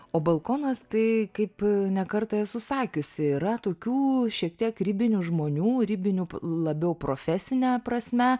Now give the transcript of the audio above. o balkonas tai kaip ne kartą esu sakiusi yra tokių šiek tiek ribinių žmonių ribinių labiau profesine prasme